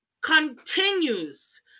continues